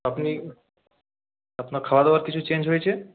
আপনি আপনার খাওয়া দাওয়ার কিছু চেঞ্জ হয়েছে